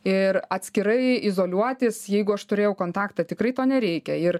ir atskirai izoliuotis jeigu aš turėjau kontaktą tikrai to nereikia ir